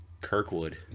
Kirkwood